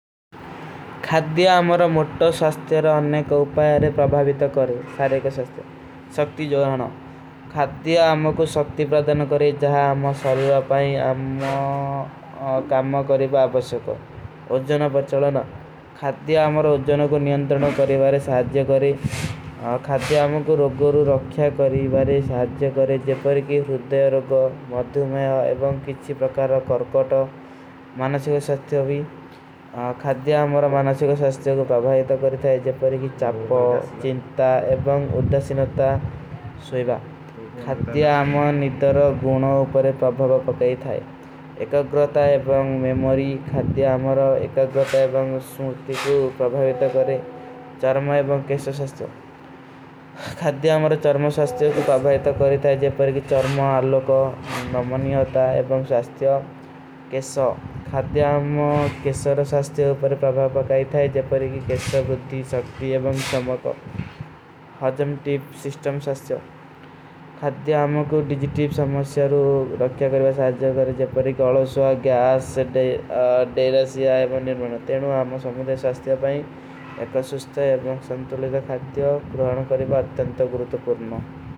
ଖାତ୍ଯା ଆମାରା ମୁଟ୍ଟା ସ୍ଵାସ୍ଥେର ଅନନେ କା ଉପାଯାରେ ପ୍ରଭାଵିତ କରେଂ। ସକ୍ତି ଜୋହନା। ଖାତ୍ଯା ଆମା କୋ ସକ୍ତି ପ୍ରଦନ କରେଂ। ଜହାଁ ଆମା ସର୍ଵାପାଈ ଆମା କାମା କରେଂ ବାବସକୋ। ଉଜଜନ ପଚଲନା। ଖାତ୍ଯା ଆମାରା ଉଜଜନ କୋ ନିଯଂଦ୍ରନ କରେଂ। ଖାତ୍ଯା ଆମା କୋ ରୋଗୋରୋ ରଖ୍ଯା କରେଂ। ଜପରିକୀ ରୁଦ୍ଧଯ ରୋଗୋ। ମଦ୍ଧୁମେଯୋ। କିଛୀ ପ୍ରକାରୋ କରକୋଟୋ। ମାନସେ କୋ ସ୍ଵାସ୍ଥେର ହୋଗୀ। ଖାତ୍ଯା ଆମାରା ମାନସେ କୋ ସ୍ଵାସ୍ଥେର କୋ ପ୍ରଭାଵିତ କରେଂ। ଜପରିକୀ ଚାପୋ। ଚିଂତା। ଏବଂଗ ଉଦ୍ଧାସିନତା। ସୁଈଵା। ଖାତ୍ଯା ଆମା ନିଦର ଗୁଣା ଉପରେ ପ୍ରଭାଵା ପକାଈ ଥାଈ। ଏକଗ୍ରତା ଏବଂଗ ମେମୋରୀ। ଖାତ୍ଯା ଆମାରା ଏକଗ୍ରତା ଏବଂଗ ସୁମୃତି କୋ ପ୍ରଭାଵିତ କରେଂ। ଚର୍ମା ଏବଂଗ କେଶା ଶାସ୍ତିଯୋ। ଖାତ୍ଯା ଆମାରା ଚର୍ମା ଶାସ୍ତିଯୋ କୋ ପ୍ରଭାଵିତ କରେଂ। ଜେପରେକି ଚର୍ମା ଆଲୋ କୋ ନମନୀ ହୋତା ଏବଂଗ ଶାସ୍ତିଯୋ। କେଶା। ଖାତ୍ଯା ଆମା କେଶାର ଶାସ୍ତିଯୋ ଉପରେ ପ୍ରଭାଵା ପକାଈ ଥାଈ। ଜେପରେକି କେଶା, ବୁଦ୍ଧୀ, ସକ୍ତି ଏବଂଗ ସମକୋ। ହାଜମ ଟୀପ ସିସ୍ଟମ ଶାସ୍ତିଯୋ। ଖାତ୍ଯା ଆମା କୋ ଡିଜୀ ଟୀପ ସମସ୍ଯାରୂ ରକ୍ଯା କରେଂ। ଶାସ୍ତିଯା କରେଂ। ଜେପରେକି ଅଲୋ ସ୍ଵା, ଗ୍ଯାସ, ଡେଲସୀ ଆଯେ ବନ ନିର୍ମଣ। ତେନୂ ଆମା ସମୁଦେଶ ଶାସ୍ତିଯା ପାଈଂ। ଏକ ଶୁସ୍ତ ଏବଂଗ ସଂତୁଲେଗା ଖାତ୍ଯୋ। ପ୍ରୋହାଣ କରେବ ଅତ୍ତଂତ ଗୁରୁତ ପୁର୍ନ।